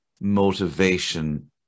motivation